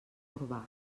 urbà